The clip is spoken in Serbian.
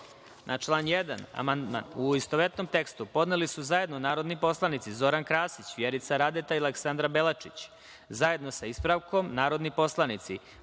1. amandman u istovetnom tekstu podneli su zajedno narodni poslanici Zoran Krasić, Vjerica Radeta i Aleksandra Belačić, zajedno sa ispravkom narodni poslanici